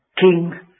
King